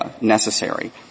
necessary